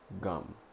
gum